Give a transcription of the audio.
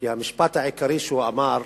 כי המשפט העיקרי שהוא אמר,